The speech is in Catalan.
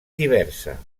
diversa